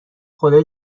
خدا